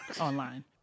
Online